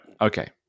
Okay